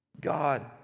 God